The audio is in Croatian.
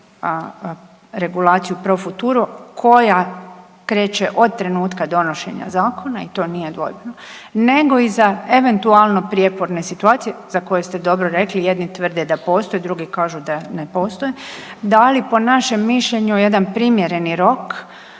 regulaciju pro futuro koja kreće od trenutka donošenja zakona i to nije dvojbeno, nego i za eventualno prijeporne situacije za koje ste dobro rekli, jedni tvrde da postoje, drugi kažu da ne postoje, dali po našem mišljenju jedan primjereni rok